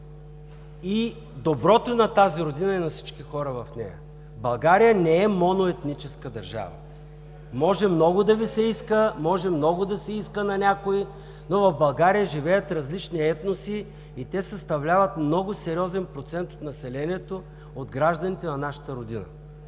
и доброто на тази Родина и на всички хора в нея. България не е моноетническа държава. Може много да Ви се иска, може много да се иска на някои, но в България живеят различни етноси и те съставляват много сериозен процент от населението, от гражданите на нашата Родина.